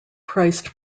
priced